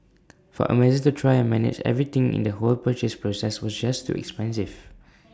for Amazon to try and manage everything in the whole purchase process was just too expensive